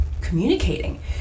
communicating